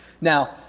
now